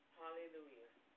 hallelujah